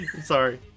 Sorry